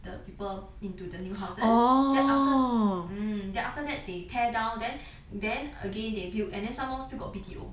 the people into the new houses then after hmm then after that they tear down then then again they built and then some more still got B_T_O